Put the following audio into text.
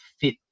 fit